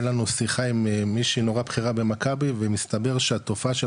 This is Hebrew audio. לנו שיחה עם מישהי נורא בכירה במכבי ומסתבר שהתופעה של